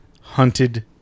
hunted